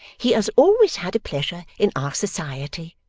he has always had a pleasure in our society,